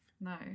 No